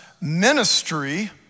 ministry